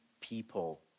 people